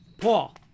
Paul